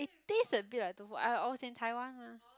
it taste a bit like tofu I I was in Taiwan mah